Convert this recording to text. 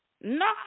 no